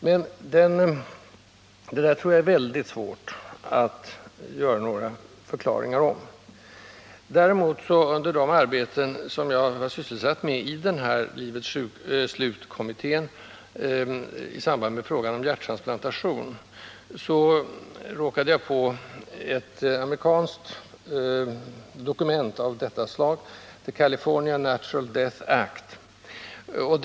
Under mitt arbete i kommittén om sjukvård vid livets slut råkade jag i samband med frågan om hjärttransplantation på ett amerikanskt dokument, The Californian National Death Act.